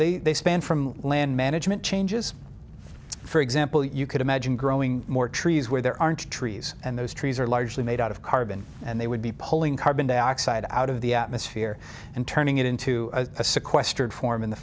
so they span from land management changes for example you could imagine growing more trees where there aren't trees and those trees are largely made out of carbon and they would be pulling carbon dioxide out of the atmosphere and turning it into a sequestered form in the